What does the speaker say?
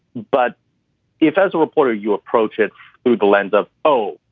but if as a reporter, you approach it through the lens of, oh,